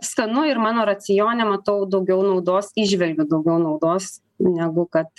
skanu ir mano racione matau daugiau naudos įžvelgiu daugiau naudos negu kad